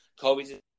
Kobe's